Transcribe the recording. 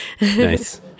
Nice